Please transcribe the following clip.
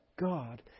God